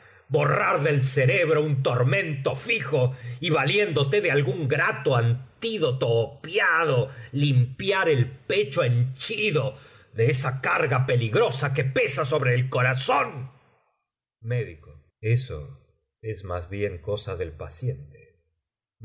borrar del cerebro un tormento fijo y valiéndote de algún grato antídoto opiado limpiar el pecho henchido de esa carga peligrosa que pesa sobre el corazón eso es más bien cosa del paciente